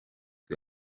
the